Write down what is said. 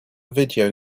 video